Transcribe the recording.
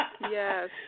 Yes